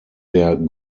der